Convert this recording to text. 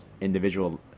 individual